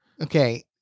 okay